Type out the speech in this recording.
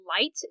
light